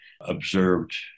observed